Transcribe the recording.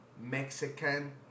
Mexican